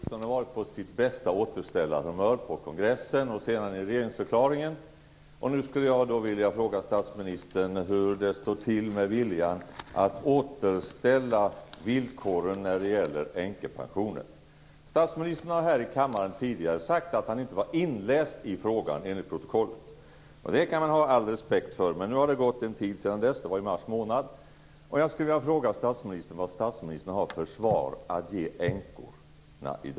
Fru talman! Statsministern har på sistone varit på sitt bästa återställarhumör, först på kongressen och sedan i regeringsförklaringen. Jag skulle vilja fråga statsministern hur det står till med viljan att återställa villkoren när det gäller änkepensionen. Statsministern har tidigare i denna kammare sagt att han inte var inläst i frågan; detta enligt protokollet. Det kan man ha all respekt för. Men nu har det gått en tid sedan dess - det var i mars månad - och jag skulle vilja fråga statsministern vad han i dag har för svar att ge änkorna.